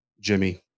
Jimmy